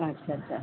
अच्छा अच्छा